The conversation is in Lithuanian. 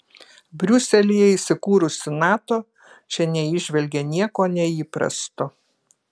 briuselyje įsikūrusi nato čia neįžvelgė nieko neįprasto